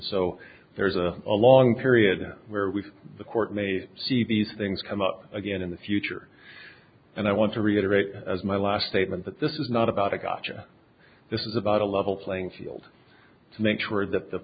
so there is a long period where we the court may see these things come up again in the future and i want to reiterate as my last statement that this is not about a gotcha this is about a level playing field to make sure that the